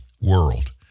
world